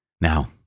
Now